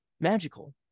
magical